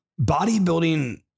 Bodybuilding